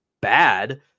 bad